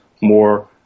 more